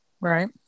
Right